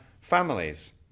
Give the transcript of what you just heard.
families